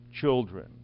children